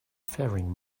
faring